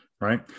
right